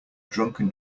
drunken